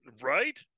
right